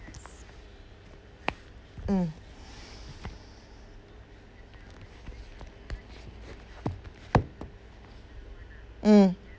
mm mm